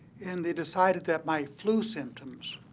and they decided that my flu symptoms